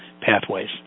pathways